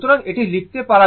সুতরাং এটি লিখতে পারা যাবে